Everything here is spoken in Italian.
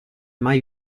mai